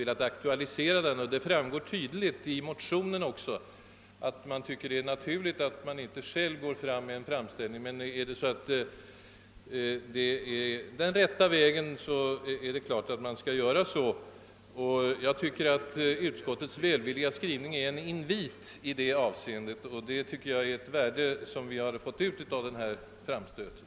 Det framgår också tydligt av motionen att man tycker det är naturligt att inte själv komma med en framställning, men skulle detta vara den rätta vägen, är det klart att man skall göra så. Jag anser att utskottets välvilliga skrivning utgör en invit i den riktningen, och detta tycker jag är ett bra resultat vi fått ut av den här framstöten.